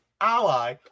ally